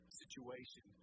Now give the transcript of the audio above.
situation